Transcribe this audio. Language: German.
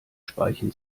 speichen